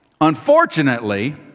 Unfortunately